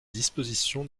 dispositions